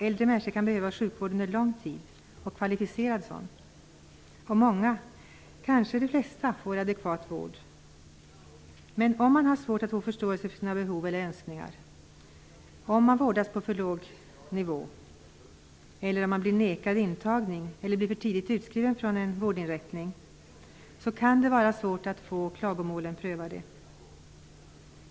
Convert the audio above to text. Äldre människor kan behöva sjukvård under lång tid, och de kan behöva en kvalificerad sjukvård. Många, kanske de flesta, får adekvat vård. Men om man har svårt att få förståelse för sina behov och önskningar, om man vårdas på för låg nivå, om man blir nekad intagning till eller blir för tidigt utskriven från en vårdinrättning, kan det vara svårt att få klagomålen prövade.